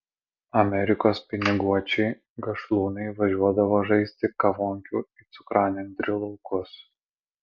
amerikos piniguočiai gašlūnai važiuodavo žaisti kavonkių į cukranendrių laukus